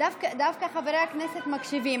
דווקא חברי הכנסת מקשיבים,